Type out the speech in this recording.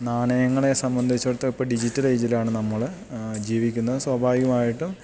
നാണയങ്ങളെ സംബന്ധിച്ചെടുത്ത് ഇപ്പോൾ ഡിജിറ്റൽ ഏജിലാണ് നമ്മൾ ജീവിക്കുന്നത് സ്വാഭാവികമായിട്ടും